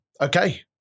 okay